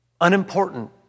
unimportant